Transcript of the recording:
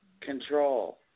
control